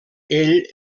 ell